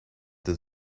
this